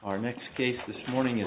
our next case this morning